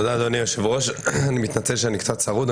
תודה אדוני היושב-ראש, אני מתנצל שאני קצת צרוד.